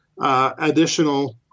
additional